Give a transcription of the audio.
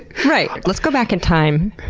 right! let's go back in time,